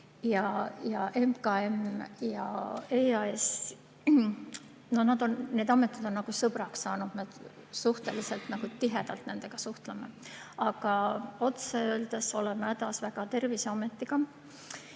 MKM ja EAS – need ametid on nagu sõbraks saanud, me suhteliselt tihedalt nendega suhtleme. Aga otse öeldes oleme väga hädas Terviseametiga.